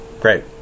Great